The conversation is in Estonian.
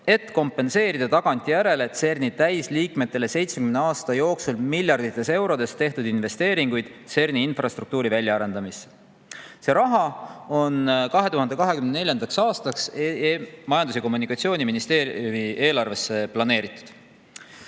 et kompenseerida tagantjärele CERN‑i täisliikmetele 70 aasta jooksul miljardites eurodes tehtud investeeringuid CERN‑i infrastruktuuri väljaarendamisse. See raha on 2024. aastaks Majandus‑ ja Kommunikatsiooniministeeriumi eelarvesse planeeritud.